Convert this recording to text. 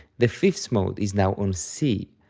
the fifth mode is now on c,